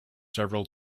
several